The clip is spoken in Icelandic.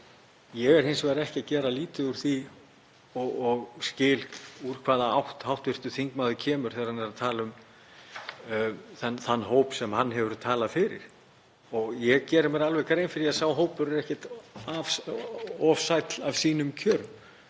Ég er hins vegar ekki að gera lítið úr því og skil úr hvaða átt hv. þingmaður kemur þegar hann er að tala um þann hóp sem hann hefur talað fyrir. Ég geri mér alveg grein fyrir því að sá hópur er ekkert ofsæll af sínum kjörum